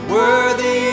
Worthy